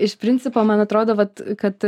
iš principo man atrodo vat kad